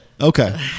Okay